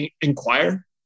Inquire